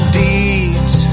deeds